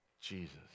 Jesus